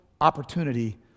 opportunity